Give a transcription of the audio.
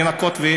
לנקות?